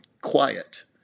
quiet